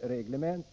reglementet.